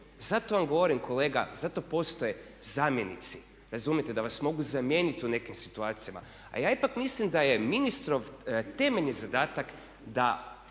Zato vam govorim kolega zato postoje zamjenici, razumijete, da vas mogu zamijeniti u nekim situacijama. A ja ipak mislim da je ministrov temeljni zadatak da